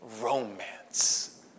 romance